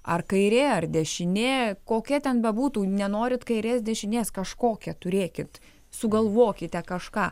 ar kairė ar dešinė kokia ten bebūtų nenorit kairės dešinės kažkokią turėkit sugalvokite kažką